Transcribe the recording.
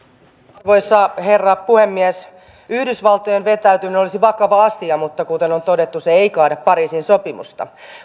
arvoisa herra puhemies yhdysvaltojen vetäytyminen olisi vakava asia mutta kuten on todettu se ei kaada pariisin sopimusta